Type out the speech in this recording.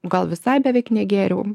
gal visai beveik negėriau